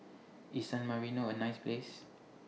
IS San Marino A nice Place